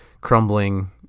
crumbling